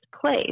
place